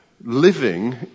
Living